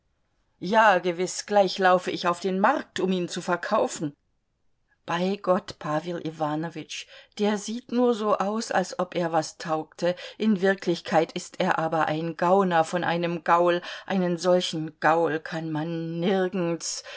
ja gewiß gleich laufe ich auf den markt um ihn zu verkaufen bei gott pawel iwanowitsch der sieht nur so aus als ob er was taugte in wirklichkeit ist er aber ein gauner von einem gaul einen solchen gaul kann man nirgends